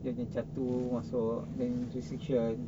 dia punya catu masuk then restriction